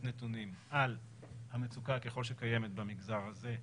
נתונים על המצוקה ככל שקיימת במגזר הזה,